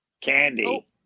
Candy